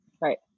Right